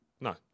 No